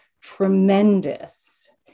tremendous